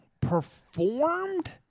Performed